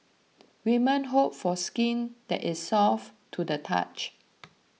women hope for skin that is soft to the touch